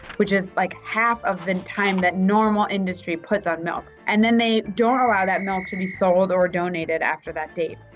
which is like half of the time the normal industry puts on milk. and then they don't allow that milk to be sold or donated after that date.